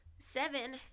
seven